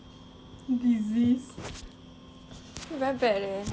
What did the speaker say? very bad leh